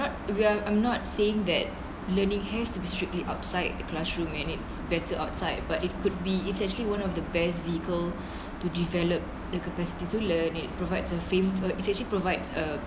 we are I'm not saying that learning has to be strictly outside the classroom and it's better outside but it could be it's actually one of the best vehicle to develop the capacity to learn it provides a frame for it's actually provides a